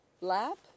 lab